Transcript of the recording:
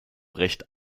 recht